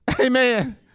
amen